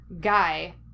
guy